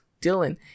Dylan